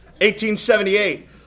1878